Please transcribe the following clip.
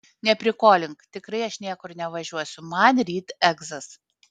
neprikolink tikrai aš niekur nevažiuosiu man ryt egzas